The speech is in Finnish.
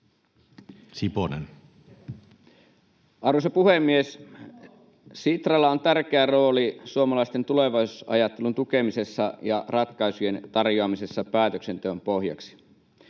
Content: Arvoisa puhemies! Sitralla on tärkeä rooli suomalaisten tulevaisuusajattelun tukemisessa ja ratkaisujen tarjoamisessa päätöksenteon pohjaksi.